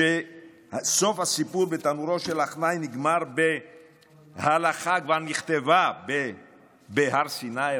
סוף הסיפור בתנורו של עכנאי נגמר בהלכה שכבר נכתבה בהר סיני.